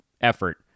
effort